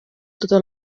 totes